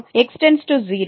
எனவே 2α β6